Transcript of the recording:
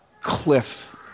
cliff